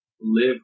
live